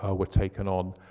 ah were taken on.